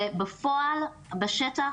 ובפועל בשטח,